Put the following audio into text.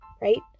right